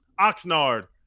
Oxnard